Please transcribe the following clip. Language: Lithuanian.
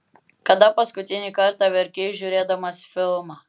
kada paskutinį kartą verkei žiūrėdamas filmą